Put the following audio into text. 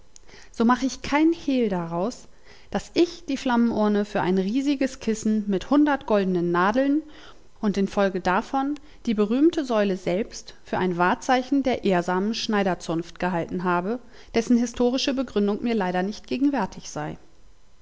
so mach ich kein hehl daraus daß ich die flammenurne für ein riesiges kissen mit hundert goldnen nadeln und in folge davon die berühmte säule selbst für ein wahrzeichen der ehrsamen schneiderzunft gehalten habe dessen historische begründung mir leider nicht gegenwärtig sei